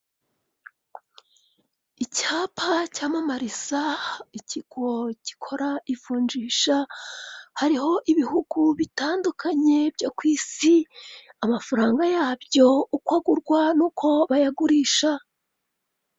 Icyapa cyamamariza ikigo gikora ivunjisha, hariho ibihugu bitandukanye byo ku isi amafaranga yabyo uko agurwa n'uko bayagurisha.